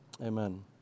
Amen